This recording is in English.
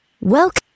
Welcome